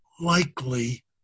likely